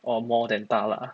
or more than 大辣